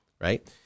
right